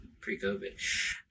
pre-covid